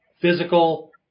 physical